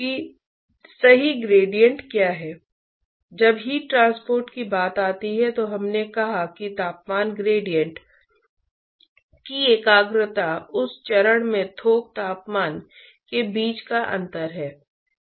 और फिर अंतिम भाग में हम कुछ अनुप्रयोगों को देखेंगे बोइलिंग और कंडेंसशन